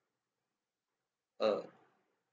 uh